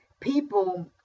people